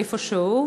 איפשהו,